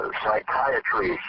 psychiatry